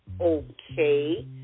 okay